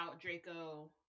Draco